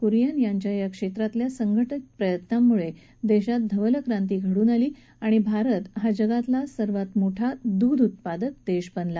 कुरियन यांच्या या क्षेत्रातील संघटित प्रयत्नांमुळे देशात धवल क्रांती घडून आली आणि भारत हा जगातला सर्वात मोठा दूध उत्पादक देश बनला